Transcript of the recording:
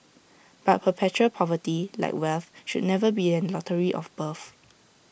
but perpetual poverty like wealth should never be A lottery of birth